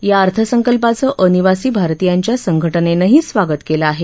या अर्थसंकल्पाचं अनिवासी भारतीयांच्या संघटनेनंही स्वागत केलं आहे